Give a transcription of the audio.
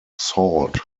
salt